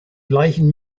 gleichen